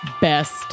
best